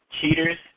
cheaters